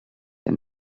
and